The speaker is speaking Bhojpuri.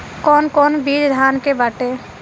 कौन कौन बिज धान के बाटे?